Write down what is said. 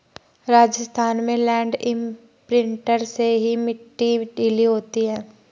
राजस्थान में land imprinter से ही मिट्टी ढीली होती है